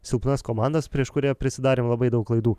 silpnas komandas prieš kurią prisidarėm labai daug klaidų